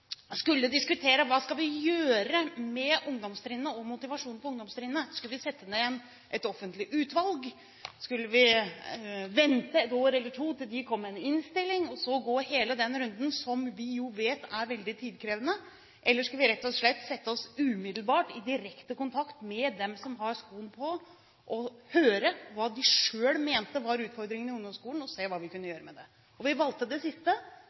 hva vi skulle gjøre med ungdomstrinnet og motivasjonen på ungdomstrinnet. Skulle vi sette ned et offentlig utvalg, skulle vi vente et år eller to til det kom med en innstilling og så gå hele den runden som vi jo vet er veldig tidkrevende? Eller skulle vi rett og slett umiddelbart sette oss i direkte kontakt med dem som har skoen på, høre hva de selv mente var utfordringen i ungdomsskolen, og se hva vi kunne gjøre med det? Vi valgte det siste,